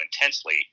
intensely